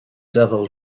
devil